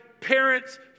parents